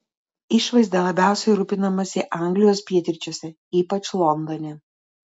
išvaizda labiausiai rūpinamasi anglijos pietryčiuose ypač londone